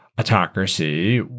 autocracy